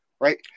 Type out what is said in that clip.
right